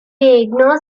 ignores